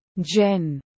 Jen